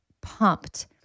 pumped